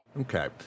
okay